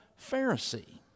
Pharisee